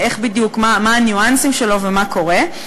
מה הניואנסים שלו ומה קורה,